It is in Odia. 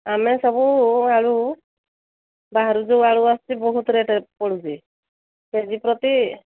ଆମେ ସବୁ ଆଳୁ ବାହାରୁ ଯୋଉ ଆଳୁ ଆସୁଛି ବହୁତ ରେଟ୍ ପଡ଼ୁଛି କେ ଜି ପ୍ରତି